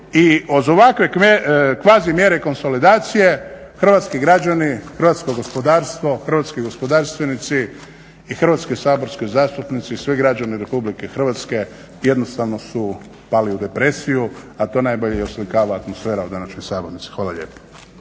i uz ovakve kvazi mjere konsolidacije hrvatski građani, hrvatsko gospodarstvo, hrvatski gospodarstvenici i Hrvatski saborski zastupnici i svi građani RH jednostavno su pali u depresiju a to najbolje oslikava atmosfera u današnjoj sabornici. Hvala lijepo.